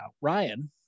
ryan